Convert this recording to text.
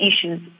issues